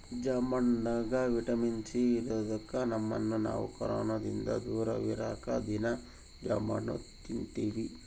ಜಾಂಬಣ್ಣಗ vitamin C ಇರದೊಕ್ಕ ನಮ್ಮನ್ನು ನಾವು ಕೊರೊನದಿಂದ ದೂರವಿರಕ ದೀನಾ ಜಾಂಬಣ್ಣು ತಿನ್ತಿವಿ